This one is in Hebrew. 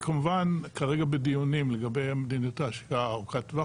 זה כמובן כרגע בדיונים לגבי מדיניות ההשקעה ארוכת הטווח.